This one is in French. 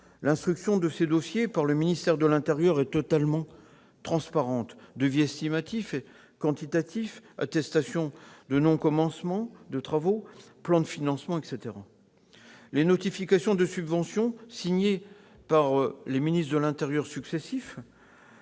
L'instruction de ces dossiers par le ministère de l'intérieur est totalement transparente : devis estimatif et quantitatif, attestation de non-commencement des travaux, plan de financement, etc. Les notifications de subventions signées par les ministres de l'intérieur successifs